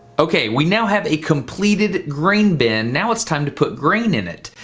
okay, we now have a completed grain bin, now it's time to put grain in it.